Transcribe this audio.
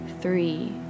three